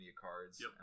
cards